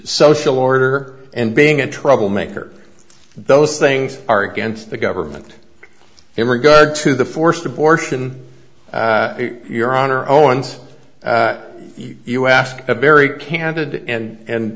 social order and being a troublemaker those things are against the government in regard to the forced abortion your honor owens you asked a very candid and